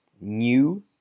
new